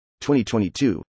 2022